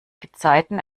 gezeiten